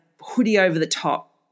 hoodie-over-the-top